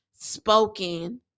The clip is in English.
spoken